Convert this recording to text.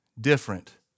different